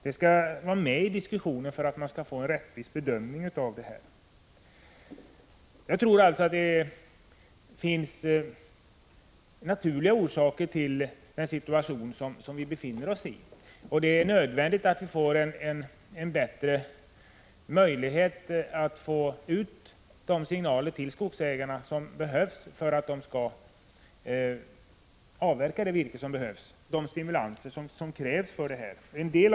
Detta bör vara med i diskussionen för att man skall kunna göra en rättvis bedömning. Jag tror att det finns naturliga orsaker till den situation som vi befinner oss i. Det är nödvändigt att vi får en bättre möjlighet att nå ut till skogsägarna med de signaler som behövs för att de skall avverka virke i tillräcklig mängd. För detta krävs också stimulanser.